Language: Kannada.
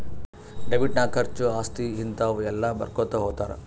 ಡೆಬಿಟ್ ನಾಗ್ ಖರ್ಚಾ, ಆಸ್ತಿ, ಹಿಂತಾವ ಎಲ್ಲ ಬರ್ಕೊತಾ ಹೊತ್ತಾರ್